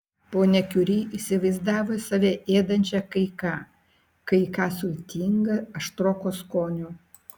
ponia kiuri įsivaizdavo save ėdančią kai ką kai ką sultinga aštroko skonio